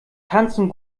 tanzen